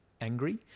angry